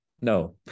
No